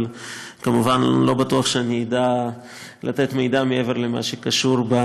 אבל כמובן לא בטוח שאני אדע לתת מידע מעבר למה שבתשובה.